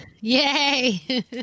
Yay